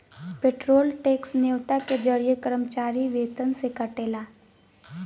payroll tax न्योता के जरिए कर्मचारी वेतन से कटेला